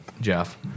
jeff